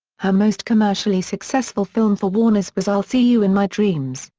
her most commercially successful film for warners was i'll see you in my dreams,